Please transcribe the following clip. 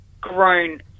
grown